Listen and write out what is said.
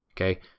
okay